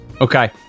okay